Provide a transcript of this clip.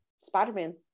Spider-Man